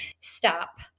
stop